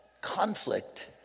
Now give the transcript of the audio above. conflict